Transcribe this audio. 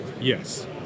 Yes